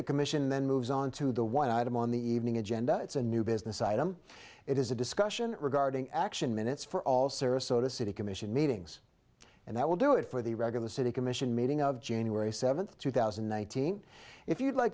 the commission then moves on to the one item on the evening agenda it's a new business item it is a discussion regarding action minutes for all service so the city commission meetings and that will do it for the regular city commission meeting of january seventh two thousand and nineteen if you'd like